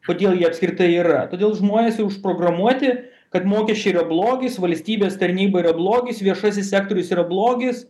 kodėl jie apskritai yra todėl žmonės jau užprogramuoti kad mokesčiai yra blogis valstybės tarnyba yra blogis viešasis sektorius yra blogis